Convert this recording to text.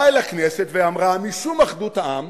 באה אל הכנסת ואמרה, משום אחדות העם